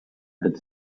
had